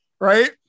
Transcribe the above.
right